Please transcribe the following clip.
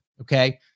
okay